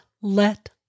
let